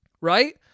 Right